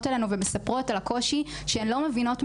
אלינו ומספרות על הקושי שהן לא מבינות,